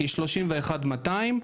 היא 31,200,